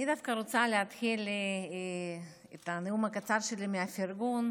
אני דווקא רוצה להתחיל את הנאום הקצר שלי מפרגון.